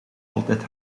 altijd